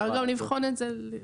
אפשר גם לבחון את זה בהמשך.